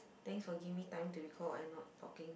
thanks for giving time to recall and not talking